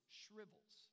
shrivels